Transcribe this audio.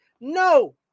No